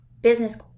business